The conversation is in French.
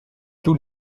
tous